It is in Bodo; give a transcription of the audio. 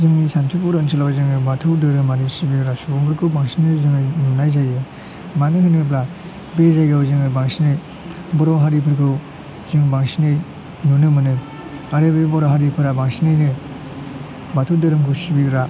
जोंनि सान्थिपुर ओनसोलाव जोङो बाथौ धोरोमारि सिबिग्रा सुबुंफोरखौ बांसिनै जोङो नुनाय जायो मानो होनोब्ला बे जायगायाव जोङो बांसिनै बर' हारिफोरखौ जों बांसिनै नुनो मोनो आरो बे बर' हारिफोरा बांसिनानो बाथौ धोरोमखौ सिबिग्रा